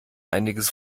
einiges